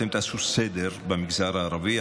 אתם תעשו סדר במגזר הערבי,